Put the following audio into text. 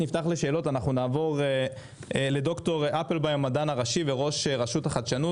נעבור למדען הראשי וראש רשות החדשנות